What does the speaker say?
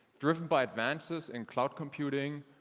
driven by advances in cloud computing,